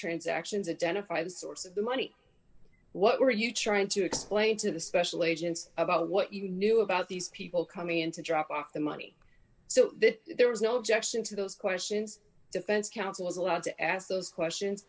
transactions identify the source of the money what were you trying to explain to the special agents about what you knew about these people coming in to drop off the money so that there was no objection to those questions defense counsel is allowed to ask those questions